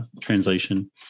Translation